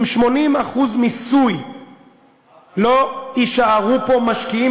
עם 80% מיסוי לא יישארו פה משקיעים,